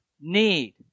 need